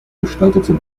gestaltete